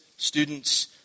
Students